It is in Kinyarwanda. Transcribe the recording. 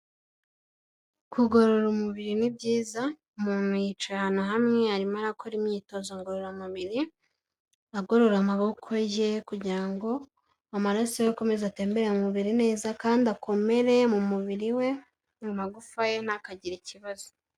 Kugorora umubiri ni byiza, umuntu yicaye ahantu hamwe arimo arakora imyitozo ngororamubiri, agorora amaboko ye kugira ngo amaraso ye akomeze atembere mu mubiri neza kandi akomere mu mubiri we, mu magufa ye ntakagire ikibazo.